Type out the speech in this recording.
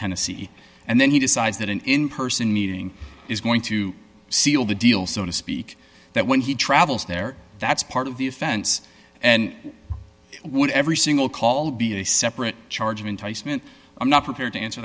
tennessee and then he decides that an in person meeting is going to seal the deal so to speak that when he travels there that's part of the offense and would every single call be a separate charge of enticement i'm not prepared to answer